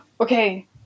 Okay